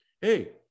Hey